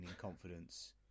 confidence